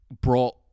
brought